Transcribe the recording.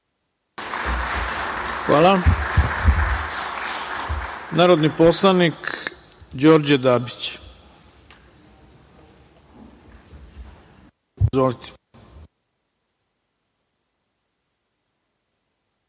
Hvala. Narodni poslanik Đorđe Dabić. **Ivica